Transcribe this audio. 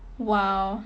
!wow!